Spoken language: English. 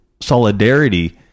solidarity